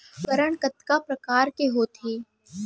उपकरण कतका प्रकार के होथे?